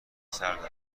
سرد